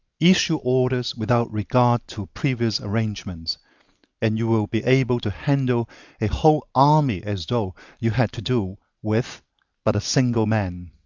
issue orders without regard to previous arrangements and you will be able to handle a whole army as though you had to do with but a single man.